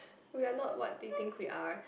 we are not what they think we are